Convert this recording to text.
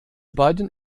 beiden